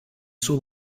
sue